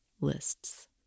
lists